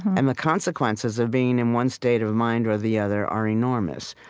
and the consequences of being in one state of mind or the other are enormous.